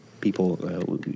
People